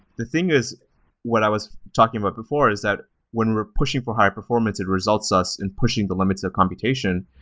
the thing is what i was talking about before is that when we're pushing for higher performance, it results us in pushing the limits of computation,